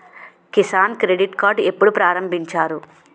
Kisan credit card ఎప్పుడు ప్రారంభించారు?